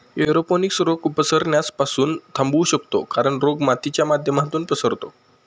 aeroponics रोग पसरण्यास पासून थांबवू शकतो कारण, रोग मातीच्या माध्यमातून पसरतो